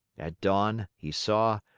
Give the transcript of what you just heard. at dawn, he saw,